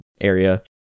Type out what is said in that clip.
area